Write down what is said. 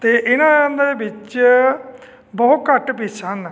ਅਤੇ ਇਨ੍ਹਾਂ ਦੇ ਵਿੱਚ ਬਹੁਤ ਘੱਟ ਫੀਸਾਂ ਹਨ